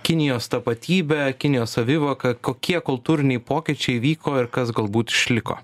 kinijos tapatybę kinijos savivoką kokie kultūriniai pokyčiai vyko ir kas galbūt išliko